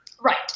Right